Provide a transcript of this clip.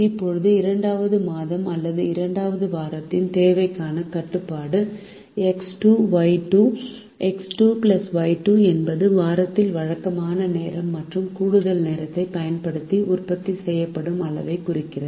இப்போது இரண்டாவது மாதம் அல்லது இரண்டாவது வாரத்தின் தேவைக்கான கட்டுப்பாடு எக்ஸ் 2 ஒய் 2 X2Y2 என்பது வாரத்தில் வழக்கமான நேரம் மற்றும் கூடுதல் நேரத்தைப் பயன்படுத்தி உற்பத்தி செய்யப்படும் அளவைக் குறிக்கிறது